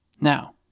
Now